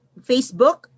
Facebook